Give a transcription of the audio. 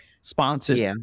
sponsors